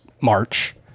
March